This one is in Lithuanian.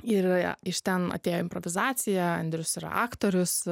ir iš ten atėjo improvizacija andrius yra aktorius